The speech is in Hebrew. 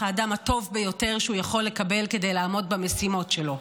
האדם הטוב ביותר שהוא יכול לקבל כדי לעמוד במשימות שלו.